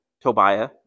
Tobiah